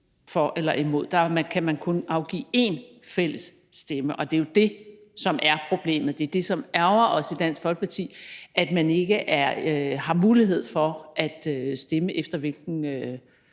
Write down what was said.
der kan man kun afgive én fælles stemme. Og det er jo det, som er problemet; det er jo det, der ærgrer os, altså at man ikke har mulighed for at stemme efter, hvilken